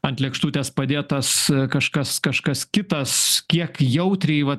ant lėkštutės padėtas kažkas kažkas kitas kiek jautriai va